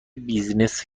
بیزینس